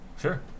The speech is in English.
Sure